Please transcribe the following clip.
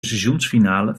seizoensfinale